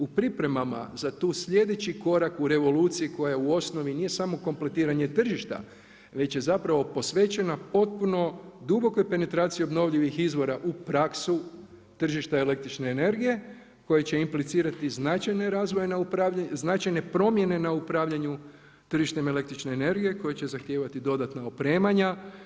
U pripremama za tu sljedeći korak u revoluciji koja u osnovi nije samo kompletiranje tržišta već je zapravo posvećena potpuno dubokoj penetraciji obnovljivih izvora u praksu tržišta električne energije koje će implicirati značajne promjene na upravljanju tržištem električne energije koja će zahtijevati dodatna opremanja.